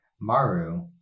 Maru